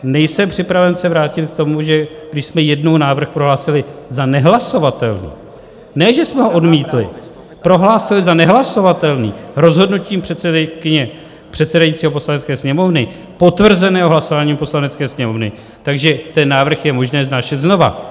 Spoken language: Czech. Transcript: Nejsem připraven se vrátit k tomu, že když jsme jednou návrh prohlásili za nehlasovatelný, ne že jsme ho odmítli, prohlásili za nehlasovatelný rozhodnutím předsedajícího Poslanecké sněmovny, potvrzeným hlasováním Poslanecké sněmovny, takže ten návrh je možné vznášet znovu.